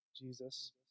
Jesus